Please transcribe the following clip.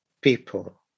people